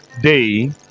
day